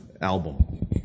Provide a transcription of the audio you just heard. album